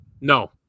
No